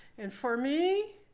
and for me,